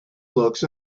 looks